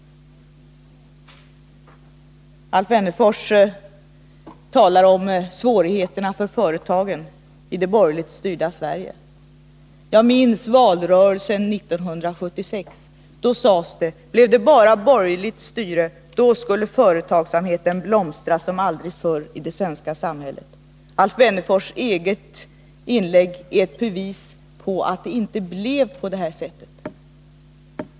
Alf Wennerfors talar om svårigheterna för företagen i det borgerligt styrda Sverige. Jag minns valrörelsen 1976. Då sades det, att blev det bara borgerligt styre, då skulle företagsamheten blomstra som aldrig förr i det svenska samhället. Alf Wennerfors eget inlägg är ett bevis på att det inte blev på det sättet.